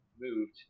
moved